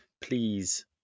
please